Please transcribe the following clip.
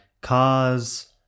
cars